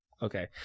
Okay